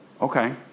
okay